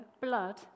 blood